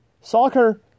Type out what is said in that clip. Soccer